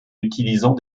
utilisant